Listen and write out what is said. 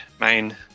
main